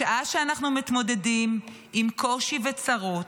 בשעה שאנחנו מתמודדים עם קושי וצרות,